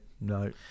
no